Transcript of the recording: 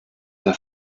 der